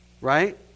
right